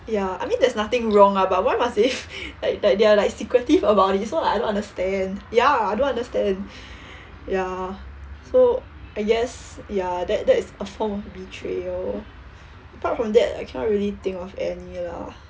ya I mean there's nothing wrong ah but why must they like like they're secretive about it so like I don't understand ya I don't understand ya so I guess ya that~ that's a form of betrayal apart from that I can't really think of any lah